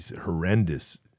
horrendous